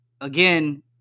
again